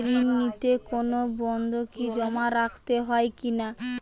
ঋণ নিতে কোনো বন্ধকি জমা রাখতে হয় কিনা?